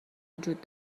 وجود